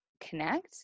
connect